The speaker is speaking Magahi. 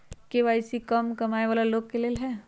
के.वाई.सी का कम कमाये वाला लोग के लेल है?